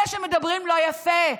אלה שמדברים לא יפה,